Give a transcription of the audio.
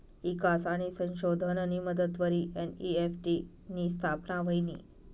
ईकास आणि संशोधननी मदतवरी एन.ई.एफ.टी नी स्थापना व्हयनी